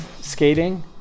skating